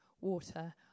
water